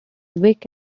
vic